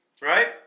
Right